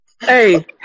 Hey